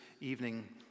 evening